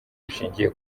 bishingiye